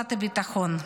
רצועת הביטחון?